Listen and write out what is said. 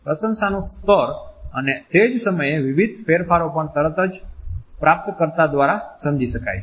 પ્રશંસાનું સ્તર અને તે જ સમયે વિવિધ ફેરફારો પણ તરત જ પ્રાપ્તકર્તા દ્વારા સમજી શકાય છે